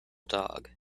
dog